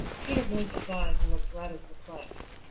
peter blinked his eyes and looked rather perplexed.